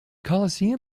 coliseum